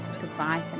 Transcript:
goodbye